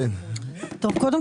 קודם כל,